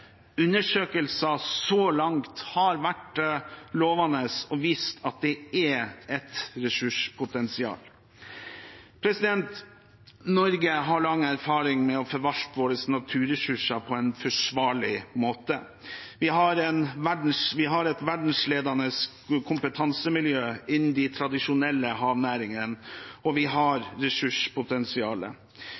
Undersøkelser så langt har vært lovende og har vist at det er et ressurspotensial. Norge har lang erfaring med å forvalte våre naturressurser på en forsvarlig måte. Vi har et verdensledende kompetansemiljø innen de tradisjonelle havnæringene, og vi har